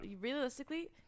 realistically